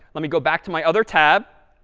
let me go back to my other tab,